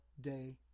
day